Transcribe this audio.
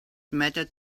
mattered